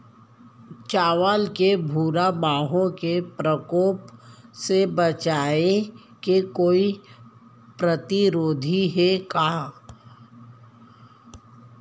चांवल के भूरा माहो के प्रकोप से बचाये के कोई प्रतिरोधी हे का?